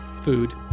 food